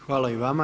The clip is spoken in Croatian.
Hvala i vama.